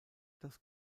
das